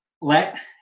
Let